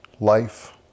life